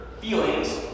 feelings